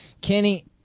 Kenny